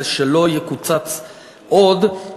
שלא יקוצץ עוד,